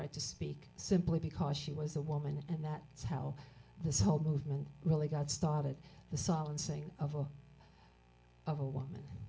right to speak simply because she was a woman and that is how this whole movement really got started the solacing of a of a woman